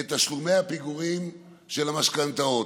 את תשלומי הפיגורים של המשכנתאות,